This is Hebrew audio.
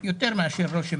בעצם יותר מאשר רושם,